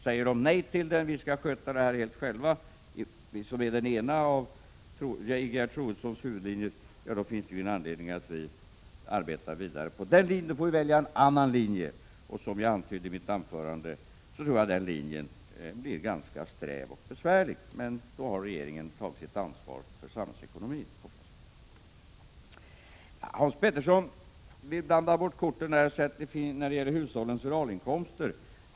Säger de nej till den och anser att vi skall sköta det hela själva, vilket är Ingegerd Troedssons huvudlinje, då finns det ingen anledning att vi arbetar vidare på den linjen, utan då får vi välja en annan linje. Som jag antydde i mitt anförande tror jag att den linjen blir ganska sträv och besvärlig, men då har regeringen tagit sitt ansvar för samhällsekonomin. Hans Petersson i Hallstahammar vill blanda bort korten när det gäller hushållens realinkomster.